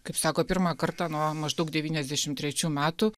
kaip sako pirmą kartą nuo maždaug devyniasdešimt trečių metų